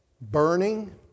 burning